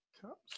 Cups